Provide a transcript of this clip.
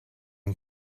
not